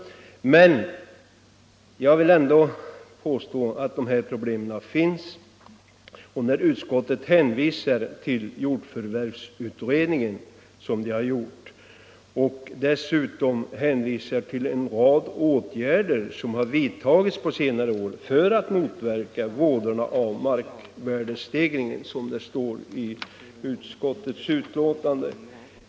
Men jag vill ändå påstå att det här problemet finns. Utskottet hänvisar till jordförvärvsutredningen och till en rad åtgärder som har vidtagits på senare år för att motverka vådorna av markvärdestegringen, som det står i utskottets betänkande.